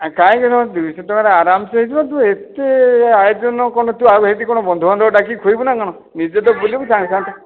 କାହିଁକି ନା ଦୁଇଶହ ଟଙ୍କାରେ ଆରାମ ସେ ହୋଇଯିବ ତୁ ଏତେ ଆୟୋଜନ କ'ଣ ତୁ ଆଉ ସେହିଠି କ'ଣ ବନ୍ଧୁ ବାନ୍ଧବ ଡାକିକି ଖୁଏଇବୁ ନା କ'ଣ ନିଜେ ତ ବୁଲିବୁ ଜାଣି ଜାଣି